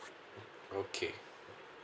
okay